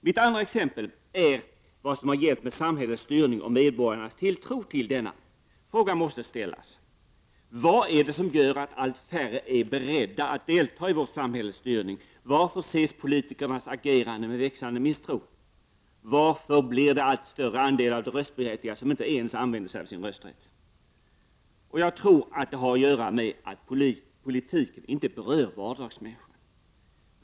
Mitt andra exempel rör vad som har hänt med samhällets styrning och medborgarnas tilltro till denna. Frågorna måste ställas: Vad är det som gör att allt färre är beredda att delta i vårt samhälles styrning? Varför ses politikernas agerande med växande misstro? Varför blir andelen av de röstberättigade som inte ens använder sig av sin rösträtt allt större? Jag tror att det har att göra med att politiken inte berör vardagsmänniskan.